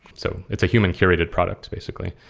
so it's a human curated product basically.